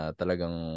talagang